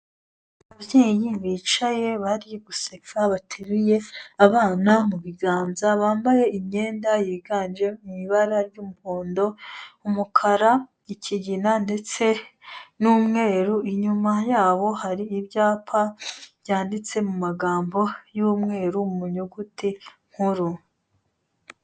Ababyeyi bicaye bari guseka bateruye abana mu biganza, bambaye imyenda yiganje mu ibara ry'umuhondo, umukara, ikigina ndetse n'umweru, inyuma yabo hari ibyapa byanditse mu magambo y'umweru mu nyuguti nkuru.